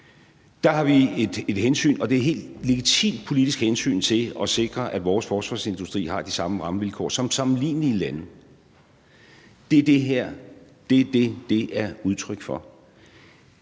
det er et helt legitimt politisk hensyn, til at sikre, at vores forsvarsindustri har de samme rammevilkår som sammenlignelige lande. Det er det, det her er udtryk for.